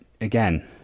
again